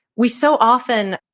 we so often,